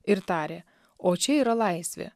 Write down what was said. ir tarė o čia yra laisvė